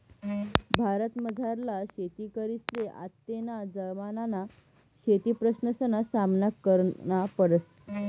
भारतमझारला शेतकरीसले आत्तेना जमानामा शेतीप्रश्नसना सामना करना पडस